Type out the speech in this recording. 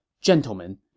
Gentlemen